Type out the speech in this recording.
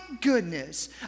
goodness